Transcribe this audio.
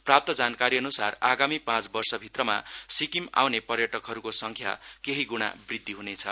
प्राप्त जानकारीअनुसार आगामी पाँच वर्षभित्रमा सिक्किम आउने पर्यटकहरूको संख्यामा केही गुणा वृद्धि हुनेछ